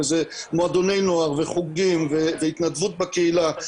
וזה מועדני נוער וחוגים והתנדבות בקהילה.